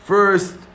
First